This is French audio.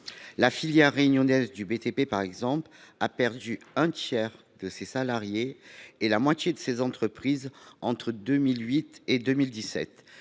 La filière réunionnaise du BTP, par exemple, a perdu un tiers de ses salariés et la moitié de ses entreprises entre 2008 et 2017.